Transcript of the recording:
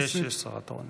יש שרה תורנית.